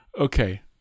Okay